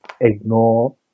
Ignore